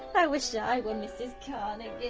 i wish i were mrs carnegie.